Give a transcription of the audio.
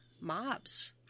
mobs